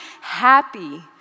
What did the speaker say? Happy